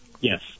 yes